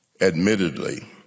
Admittedly